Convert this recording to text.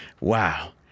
Wow